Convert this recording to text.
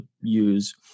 use